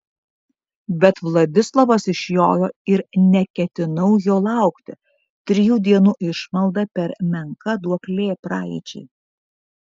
bet vladislovas išjojo ir neketinau jo laukti trijų dienų išmalda per menka duoklė praeičiai